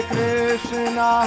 Krishna